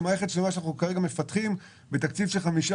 זו מערכת שלמה שעכשיו אנחנו מפתחים בתקציב של חמישה